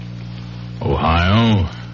Ohio